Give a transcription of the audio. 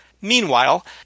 Meanwhile